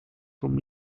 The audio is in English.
from